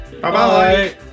Bye-bye